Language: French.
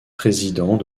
président